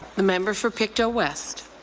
the member for pictou west.